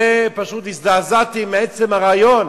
פשוט הזדעזעתי מעצם הרעיון.